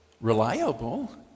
reliable